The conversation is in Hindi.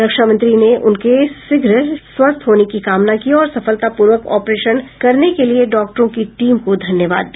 रक्षामंत्री ने उनके शीघ्र स्वस्थ होने की कामना की और सफलतापूर्वक ऑपरेशन करने के लिए डॉक्टरों की टीम को धन्यवाद दिया